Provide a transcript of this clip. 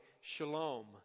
Shalom